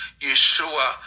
Yeshua